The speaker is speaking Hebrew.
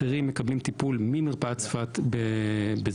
אחרים מקבלים טיפול ממרפאת צפת בזום,